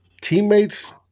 teammates